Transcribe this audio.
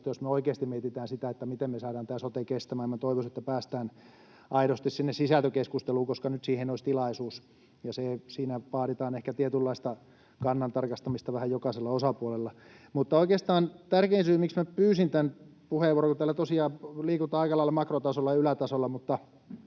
Jos me oikeasti mietitään sitä, miten me saadaan tämä sote kestämään, minä toivoisin, että päästään aidosti sinne sisältökeskusteluun, koska nyt siihen olisi tilaisuus. Siinä vaaditaan ehkä tietynlaista kannan tarkastamista vähän jokaiselta osapuolelta. Mutta oikeastaan tärkein syy, miksi pyysin tämän puheenvuoron — täällä tosiaan liikutaan aika lailla makrotasolla, ylätasolla —